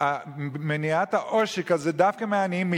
את מניעת העושק הזה דווקא מהעניים,